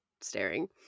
staring